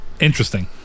interesting